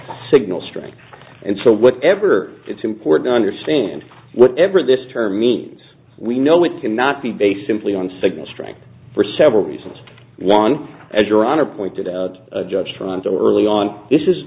signal strength and so whatever it's important to understand whatever this means we know it cannot be based simply on signal strength for several reasons one as your honor pointed out judge front early on this is